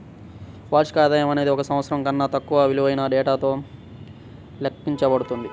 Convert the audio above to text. వార్షిక ఆదాయం అనేది ఒక సంవత్సరం కన్నా తక్కువ విలువైన డేటాతో లెక్కించబడుతుంది